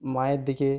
মায়ের দিকে